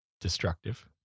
destructive